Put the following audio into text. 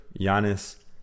Giannis